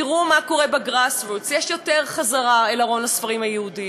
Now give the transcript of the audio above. תראו מה קורה ב-Grassroots: יש יותר חזרה אל ארון הספרים היהודי,